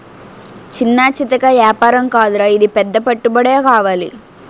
చిన్నా చితకా ఏపారం కాదురా ఇది పెద్ద పెట్టుబడే కావాలి